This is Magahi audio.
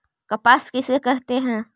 कपास किसे कहते हैं?